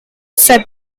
said